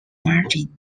margin